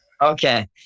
Okay